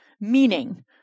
Meaning